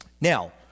now